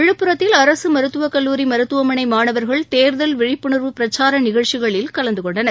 விழுப்புரத்தில் அரசு மருத்துவக்கல்லூரி மருத்துவமனை மாணவர்கள் தேர்தல் விழிப்புணர்வு பிரச்சார நிகழ்ச்சிகளில் கலந்துகொண்டனர்